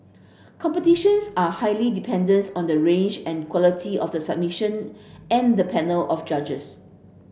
competitions are highly dependence on the range and quality of the submission and the panel of judges